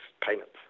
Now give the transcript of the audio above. payments